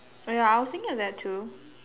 oh ya I was thinking of that too